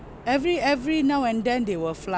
every every now and then they will fly